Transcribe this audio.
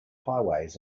highways